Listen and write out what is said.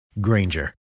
Granger